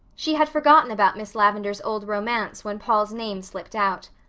she had forgotten about miss lavendar's old romance when paul's name slipped out.